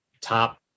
top